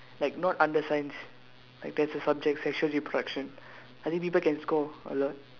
like not under science like there's a subject sexual reproduction I think people can score a lot